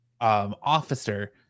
officer